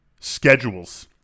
schedules